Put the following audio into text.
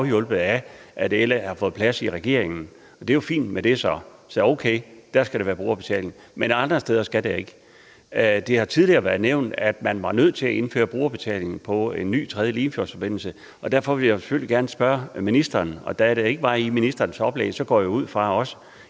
afhjulpet af, at LA har fået plads i regeringen, og det er jo så fint med det. Så okay, dér skal der være brugerbetaling, men andre steder skal der ikke. Det har tidligere været nævnt, at man var nødt til at indføre brugerbetaling på en ny tredje Limfjordsforbindelse, og derfor vil jeg selvfølgelig gerne spørge ministeren om det. Da der ikke var noget om det i ministerens oplæg, går jeg i henhold